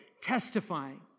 testifying